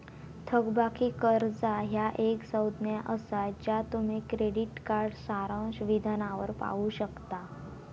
थकबाकी कर्जा ह्या एक संज्ञा असा ज्या तुम्ही क्रेडिट कार्ड सारांश विधानावर पाहू शकता